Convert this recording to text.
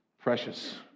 precious